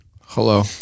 hello